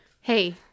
Hey